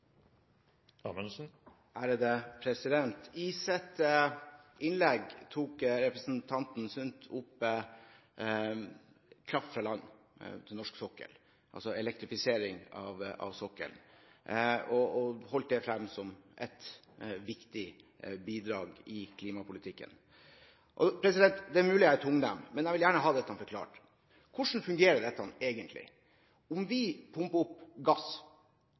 Sund tok i sitt innlegg opp kraft fra land til norsk sokkel – elektrifisering av sokkelen – og holdt det frem som et viktig bidrag i klimapolitikken. Det er mulig jeg er tungnem, men jeg vil gjerne ha forklart hvordan dette egentlig fungerer. Om vi pumper opp gass